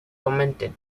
commented